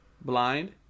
blind